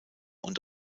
und